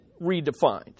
redefined